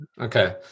Okay